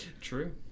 True